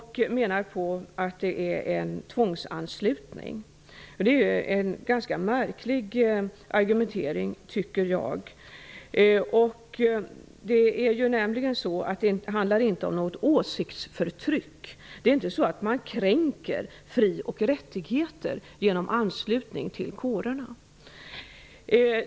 Han menar att det är en tvångsanslutning. Jag tycker att det är en ganska märklig argumentering. Det handlar nämligen inte om något åsiktsförtryck. Det är inte så att man kränker fri och rättigheter genom anslutning till kårerna.